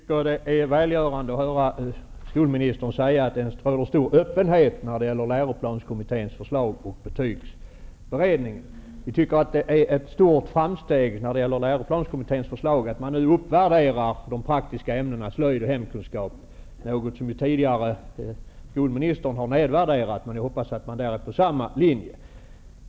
Herr talman! Det är välgörande att höra skolministern säga att finns en stor öppenhet när det gäller läroplanskommitténs och betygsberedningens förslag. Vi tycker det är ett stort framsteg att man nu uppvärderar praktiska ämnen som slöjd och hemkunskap i läroplanskommitténs förslag, något som skolministern tidigare har nedvärderat. Jag hoppas att linjen nu är gemensam.